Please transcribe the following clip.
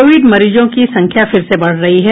Covid मरीजों की संख्या फिर से बढ़ रही है